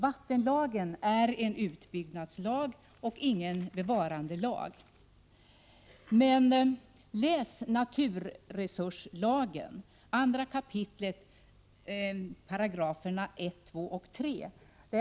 Vattenlagen är en utbyggnadslag och inte någon bevarandelag. Men läs naturresurslagen 2 kap. 1, 2 och 3 §§!